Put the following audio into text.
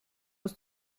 aus